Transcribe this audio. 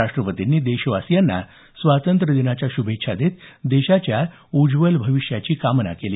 राष्ट्रपतींनी देशवासियांना स्वातंत्र्य दिनाच्या श्भेच्छा देत देशाच्या उज्ज्वल भविष्याची कामना केली